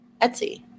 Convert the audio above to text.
etsy